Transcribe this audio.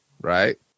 right